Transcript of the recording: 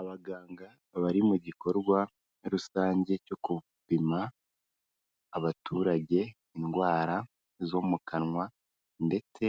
Abaganga bari mu gikorwa rusange cyo gupima abaturage indwara zo mu kanwa ndetse